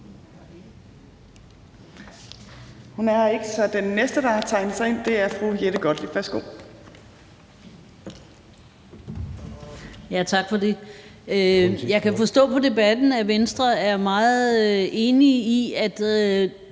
Jeg kan forstå på debatten, at Venstre er meget enige i, at